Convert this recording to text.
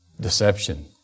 Deception